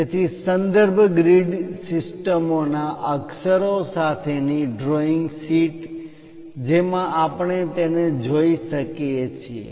તેથી સંદર્ભ ગ્રીડ સિસ્ટમો ના અક્ષરો સાથેની ડ્રોઈંગ શીટ જેમાં આપણે તેને જોઈ શકીએ છીએ